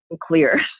clear